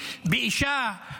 באישה,